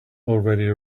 already